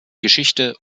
geschichte